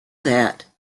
that